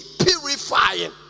purifying